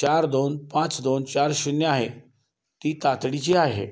चार दोन पाच दोन चार शून्य आहे ती तातडीची आहे